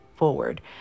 forward